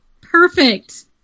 perfect